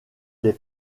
des